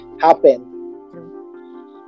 happen